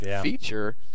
feature